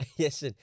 Yes